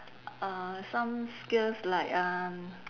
uh some skills like uh